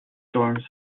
storms